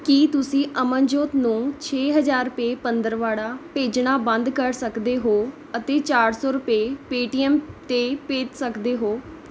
ਕੀ ਤੁਸੀਂ ਅਮਨਜੋਤ ਨੂੰ ਛੇ ਹਜ਼ਾਰ ਰੁਪਏ ਪੰਦਰਵਾੜਾ ਭੇਜਣਾ ਬੰਦ ਕਰ ਸਕਦੇ ਹੋ ਅਤੇ ਚਾਰ ਸੌ ਰੁਪਏ ਪੇਟੀਐੱਮ 'ਤੇ ਭੇਜ ਸਕਦੇ ਹੋ